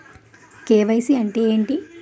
KYC అంటే ఏంటి?